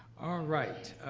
all right.